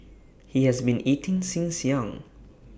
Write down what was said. he has been eating since young